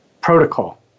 protocol